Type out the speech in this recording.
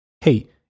Hey